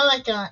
בובאטון